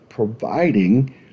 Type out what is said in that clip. providing